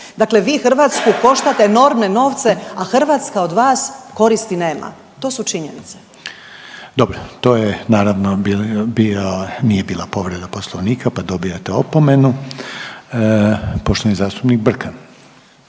Dakle, vi Hrvatsku koštate enormne novce, a Hrvatska od vas koristi nema. To su činjenice. **Reiner, Željko (HDZ)** Dobro, to je naravno bio nije bila povreda poslovnika pa dobijate opomenu. Poštovani zastupnik Brkan.